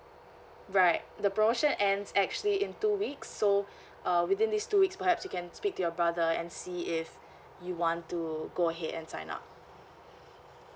right the promotion ends actually in two weeks so uh within these two weeks perhaps you can speak to your brother and see if you want to go ahead and sign up